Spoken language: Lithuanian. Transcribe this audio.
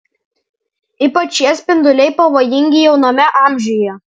ypač šie spinduliai pavojingi jauname amžiuje